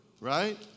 right